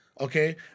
Okay